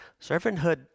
servanthood